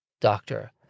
Doctor